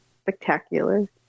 spectacular